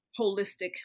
holistic